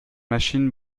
machine